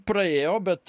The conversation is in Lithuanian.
praėjo bet